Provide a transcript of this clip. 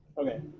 Okay